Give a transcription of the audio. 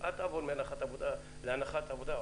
אל תעבור מהנחת עבודה להנחת עבודה,